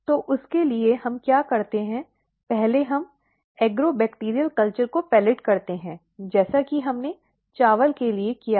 तो उसके लिए हम क्या करते हैं पहले हम एग्रोबैक्टीरियल कल्चर को पेलट करते हैं जैसा कि हमने चावल के लिए किया था